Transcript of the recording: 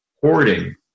Hoarding